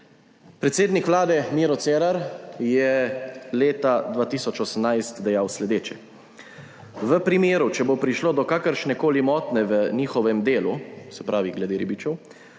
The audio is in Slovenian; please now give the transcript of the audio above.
Predsednik vlade Miro Cerar je leta 2018 dejal sledeče: »V primeru, če bo prišlo do kakršnekoli motnje v njihovem delu,« se pravi glede ribičev,